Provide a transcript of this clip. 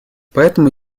поэтому